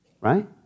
right